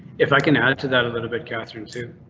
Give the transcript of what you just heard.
if i can add to that a little bit, catherine too.